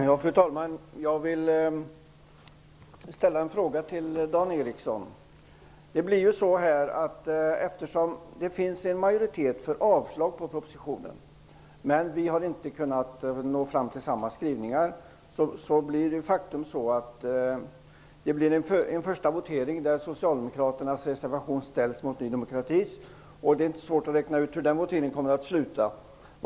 Fru talman! Jag vill ställa en fråga till Dan Eriksson i Stockholm. Det finns en majoritet för ett avslag på propositionen, men vi har inte kunnat nå fram till samma skrivningar. Det innebär att det blir en första votering där socialdemokraternas reservation ställs mot Ny demokratis. Det är inte svårt att räkna ut hur den voteringen kommer att sluta.